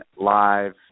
Live